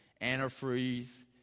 antifreeze